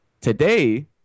Today